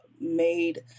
made